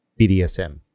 bdsm